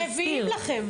מביאים לכם.